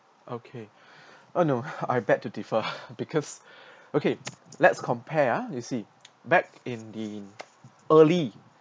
okay uh no I beg to differ because okay let's compare ah you see back in the early